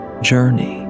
journey